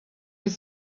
your